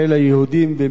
ומתוך אהבה,